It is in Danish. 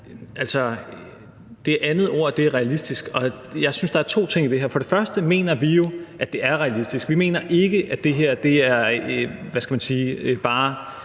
Det sidste ord er »realistisk«. Og jeg synes, at der er to ting i det her. For det første mener vi jo, at det er realistisk. Vi mener ikke, at det her bare